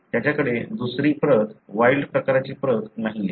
त्याच्याकडे दुसरी प्रत वाइल्ड प्रकारची प्रत नाहीये